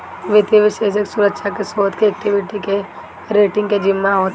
वित्तीय विषेशज्ञ सुरक्षा के, शोध के, एक्वीटी के, रेटींग के जिम्मा लेत हवे